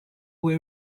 where